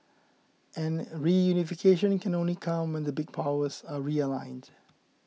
and reunification can only come when the big powers are realigned